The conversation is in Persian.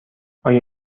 آیا